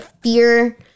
fear